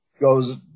goes